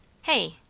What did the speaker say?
hey!